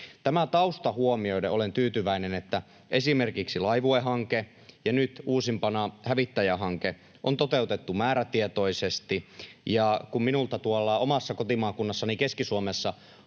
Tämän taustan huomioiden olen tyytyväinen, että esimerkiksi Laivue-hanke ja nyt uusimpana hävittäjähanke on toteutettu määrätietoisesti. Ja kun minulta tuolla omassa kotimaakunnassani Keski-Suomessa